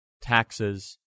taxes